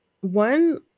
one